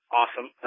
awesome